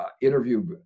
interview